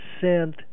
sent